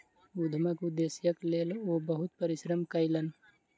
उद्यमक उदेश्यक लेल ओ बहुत परिश्रम कयलैन